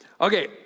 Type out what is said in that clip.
Okay